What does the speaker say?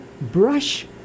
brush